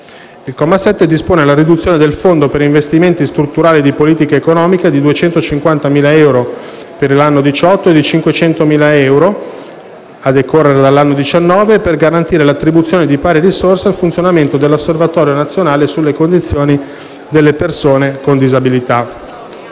Il comma 7 dispone una riduzione del Fondo per investimenti strutturali di politica economica di 250.000 euro per l'anno 2018 e di 500.000 euro a decorrere dall'anno 2019 per garantire l'attribuzione di pari risorse al funzionamento dell'Osservatorio nazionale sulla condizione delle persone con disabilità.